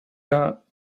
got